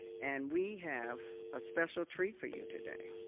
and we have a special treat for you today.